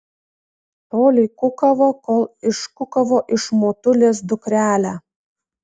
tolei kukavo kol iškukavo iš motulės dukrelę